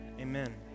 amen